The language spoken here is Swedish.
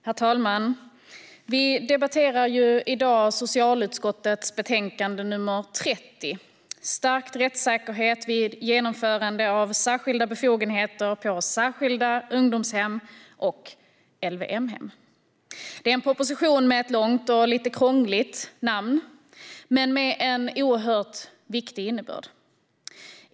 Herr talman! I dag debatterar vi socialutskottets betänkande 30, Stärkt rättssäkerhet vid genomförande av särskilda befogenheter på särskilda ungdomshem och LVM-hem . Det är en proposition med ett långt och lite krångligt namn men med en oerhört viktig innebörd.